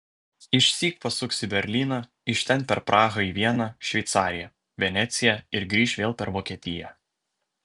išsyk pasuks į berlyną iš ten per prahą į vieną šveicariją veneciją ir grįš vėl per vokietiją